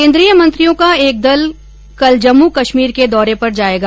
केंद्रीय मंत्रियों का एक दल कल जम्मू कश्मीर के दौरे पर जाएगा